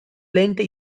lenta